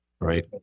right